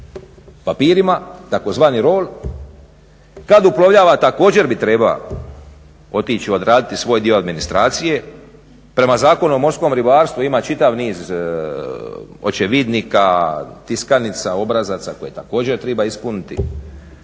papirima tzv. roll, kad uplovljava također bi trebao otići odraditi svoj dio administracije. Prema Zakonu o morskom ribarstvu ima čitav niz očevidnika, tiskanica, obrazaca koje također treba ispuniti.